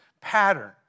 pattern